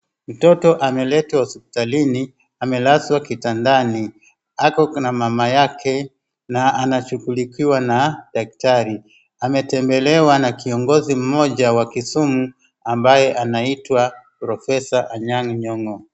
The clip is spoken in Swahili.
Mtoto analetwa hospitalini amelazwa kitandani. Ako na mama yake na anashughulikiwa na daktari. Ametembelewa na kiongozi mmoja wa Kisumu ambaye anaitwa professor Anyang' Nyong'o.